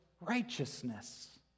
righteousness